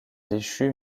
déchu